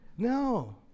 No